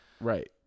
Right